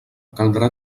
caldrà